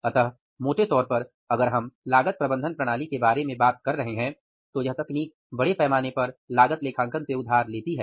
इसलिए मोटे तौर पर अगर हम लागत प्रबंधन प्रणाली के बारे में बात कर रहे हैं तो यह तकनीक बड़े पैमाने पर लागत लेखांकन से उधार लेती है